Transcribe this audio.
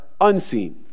unseen